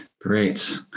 great